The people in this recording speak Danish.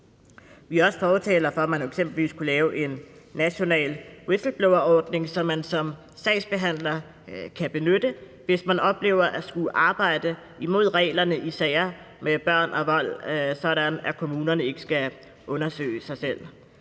fortalere for, at man eksempelvis kunne lave en national whistleblowerordning, som man som sagsbehandler kan benytte, hvis man oplever at skulle arbejde imod reglerne i sager med børn og vold, sådan at kommunerne ikke skal undersøge sig selv.